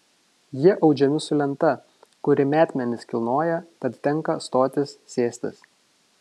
jie audžiami su lenta kuri metmenis kilnoja tad tenka stotis sėstis